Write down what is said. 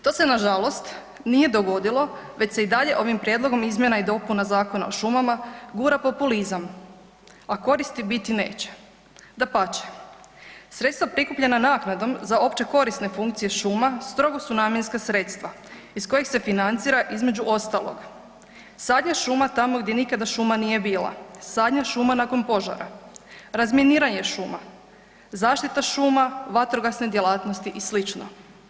To se nažalost nije dogodilo već se i dalje ovim prijedlogom izmjena i dopuna Zakona o šumama gura populizam a koristi biti neće. dapače, sredstva prikupljena naknadom za OKFŠ-a, strogo su namjenska sredstva iz kojih se financira između ostalog sanja šuma tamo gdje nikada šuma nije bila, sadnja šuma nakon požara, razminiranje šuma, zaštita šuma, vatrogasne djelatnosti i sl.